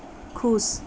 खुश